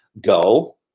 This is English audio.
Go